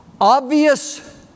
obvious